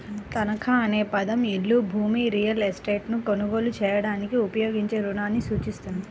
తనఖా అనే పదం ఇల్లు, భూమి, రియల్ ఎస్టేట్లను కొనుగోలు చేయడానికి ఉపయోగించే రుణాన్ని సూచిస్తుంది